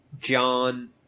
John